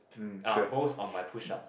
uh boast on my push up